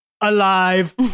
alive